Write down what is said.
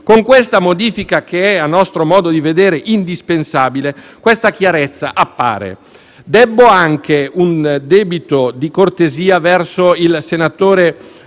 Con questa modifica, che è a nostro modo di vedere indispensabile, questa chiarezza appare.